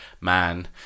man